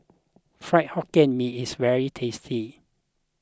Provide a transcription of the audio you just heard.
Fried Hokkien Mee is very tasty